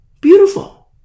Beautiful